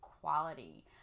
quality